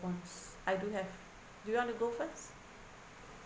ones I do have do you want to go first